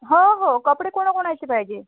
हो हो कपडे कोणा कोणाचे पाहिजे